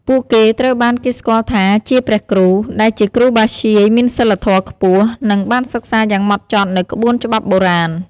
ពួកគេត្រូវបានគេស្គាល់ថាជា ព្រះគ្រូ ដែលជាគ្រូបាធ្យាយមានសីលធម៌ខ្ពស់ និងបានសិក្សាយ៉ាងហ្មត់ចត់នូវក្បួនច្បាប់បុរាណ។